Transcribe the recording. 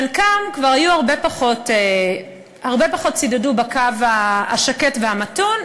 חלקם כבר הרבה פחות צידדו בקו השקט והמתון.